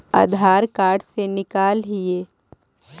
आधार card से निकाल हिऐ?